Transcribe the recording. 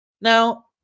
Now